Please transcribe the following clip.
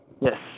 Yes